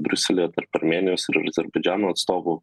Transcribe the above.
briuselyje armėnijos ir azerbaidžano atstovų